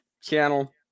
channel